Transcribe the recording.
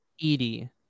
Edie